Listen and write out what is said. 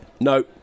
No